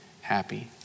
happy